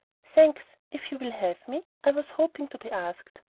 thanks, if you will have me i was hoping to be asked.